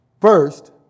First